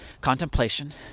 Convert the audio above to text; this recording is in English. contemplation